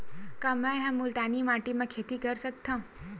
का मै ह मुल्तानी माटी म खेती कर सकथव?